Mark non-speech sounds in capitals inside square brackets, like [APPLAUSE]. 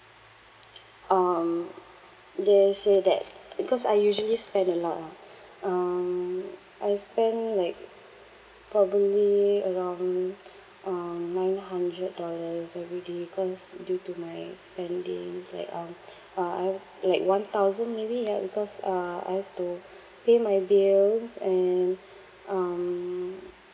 [NOISE] um they say that because I usually spend a lot ah um I spend like probably around um nine hundred dollars every day cause due to my spendings like um uh I have like one thousand maybe ya because uh I have to pay my bills and um